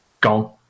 gone